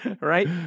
right